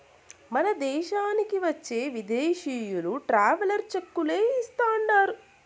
మన దేశానికి వచ్చే విదేశీయులు ట్రావెలర్ చెక్కులే ఇస్తాండారు